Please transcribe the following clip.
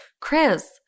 Chris